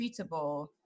treatable